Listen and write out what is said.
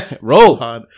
Roll